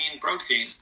protein